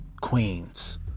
queens